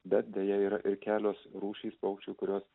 bet deja yra ir kelios rūšys paukščių kurios